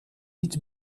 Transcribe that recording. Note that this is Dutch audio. niet